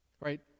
right